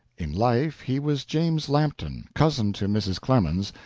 in life he was james lampton, cousin to mrs. clemens,